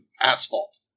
asphalt